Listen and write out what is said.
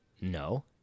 No